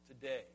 today